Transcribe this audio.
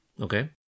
Okay